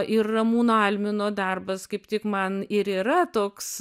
ir ramūno almino darbas kaip tik man ir yra toks